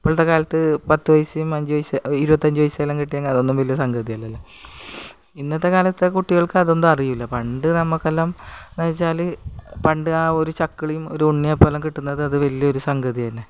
ഇപ്പോഴത്തെ കാലത്ത് പത്തു പൈസയും അഞ്ചു പൈസയും ഇരുപത്തഞ്ച് പൈസയെല്ലാം കിട്ടിയെങ്കിൽ അതൊന്നും വലിയ സംഗതിയല്ലല്ലോ ഇന്നത്തെക്കാലത്തെ കുട്ടികൾക്ക് അതൊന്നും അറിയില്ല പണ്ട് നമുക്കെല്ലാം എന്നു വെച്ചാൽ പണ്ട് ആ ഒരു ചക്കളിയും ആ ഒരു ഉണ്ണിയപ്പവുമെല്ലാം കിട്ടുന്നത് അത് വലിയൊരു സംഗതി തന്നേ